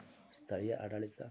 ಸ್ಥಳೀಯ ಆಡಳಿತ